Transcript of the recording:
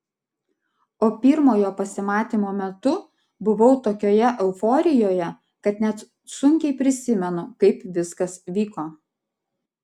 o pirmojo pasimatymo metu buvau tokioje euforijoje kad net sunkiai prisimenu kaip viskas vyko